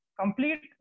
complete